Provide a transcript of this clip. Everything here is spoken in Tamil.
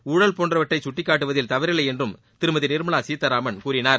ஊழல் போன்றவற்றை கட்டிக்காட்டுவதில் தவறில்லை என்றும் திருமதி நிர்மலா சீதாராமன் கூறினார்